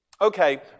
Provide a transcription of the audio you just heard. Okay